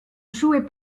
jouées